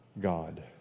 God